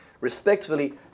respectfully